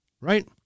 right